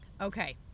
Okay